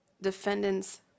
defendant's